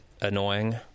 annoying